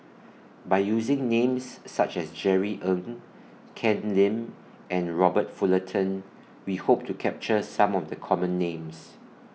By using Names such as Jerry Ng Ken Lim and Robert Fullerton We Hope to capture Some of The Common Names